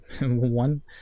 one